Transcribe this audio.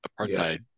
apartheid